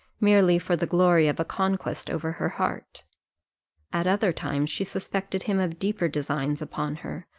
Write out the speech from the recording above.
merely for the glory of a conquest over her heart at other times she suspected him of deeper designs upon her,